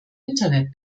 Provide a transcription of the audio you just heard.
internet